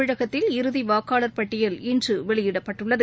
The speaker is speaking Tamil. தமிழகத்தில் இறுதிவாக்காளர் பட்டியல் இன்றுவெளியிடப்பட்டுள்ளது